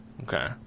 Okay